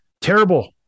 terrible